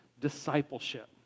discipleship